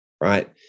right